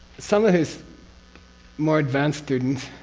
some of his more advanced students,